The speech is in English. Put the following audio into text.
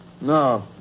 No